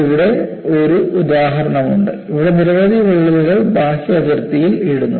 ഇവിടെ ഒരു ഉദാഹരണമുണ്ട് ഇവിടെ നിരവധി വിള്ളലുകൾ ബാഹ്യ അതിർത്തിയിൽ ഇടുന്നു